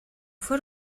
fue